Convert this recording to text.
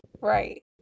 Right